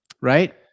Right